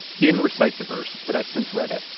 he didn't recite the verse, but i've since read it.